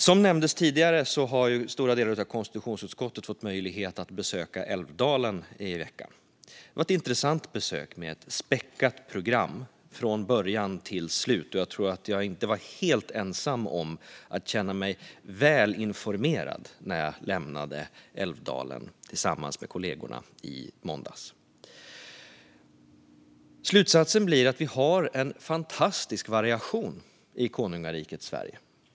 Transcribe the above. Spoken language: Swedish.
Som nämndes tidigare har stora delar av konstitutionsutskottet fått möjlighet att besöka Älvdalen i veckan. Det var ett intressant besök med ett späckat program från början till slut. Jag tror att jag inte var helt ensam om att känna mig välinformerad när jag i måndags lämnade Älvdalen tillsammans med kollegorna. Slutsatsen blir att vi har en fantastisk variation i Konungariket Sverige.